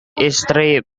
istri